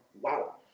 wow